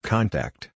Contact